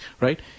right